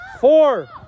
four